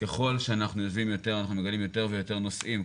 ככל שאנחנו יושבים יותר אנחנו מגלים יותר ויותר נושאים,